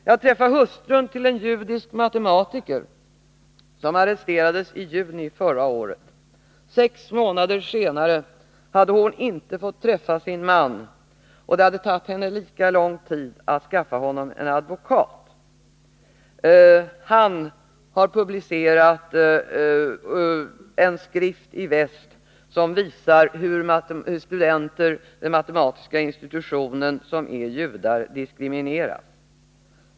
Jag träffade hustrun till en judisk matematiker, som arresterades i juni förra året. Sex månader senare hade hon inte fått träffa sin man, och det hade tagit henne lika lång tid att skaffa honom en advokat. Mannen har publicerat en skrift i väst, som visar hur judiska studenter vid matematiska institutionen har diskriminerats.